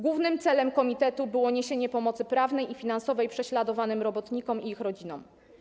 Głównym celem Komitetu było niesienie pomocy prawnej i finansowej prześladowanym robotnikom i ich rodzinom.